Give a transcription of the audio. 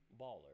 baller